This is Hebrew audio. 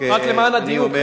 רק למען הדיוק,